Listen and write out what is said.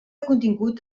contingut